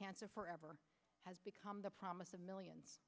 cancer forever has become the promise of millions